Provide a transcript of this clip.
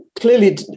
clearly